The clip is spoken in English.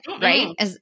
right